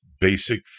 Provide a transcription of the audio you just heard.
basic